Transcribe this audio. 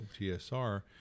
TSR